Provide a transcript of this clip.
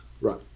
Right